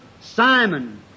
Simon